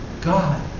God